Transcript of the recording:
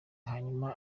hanyuma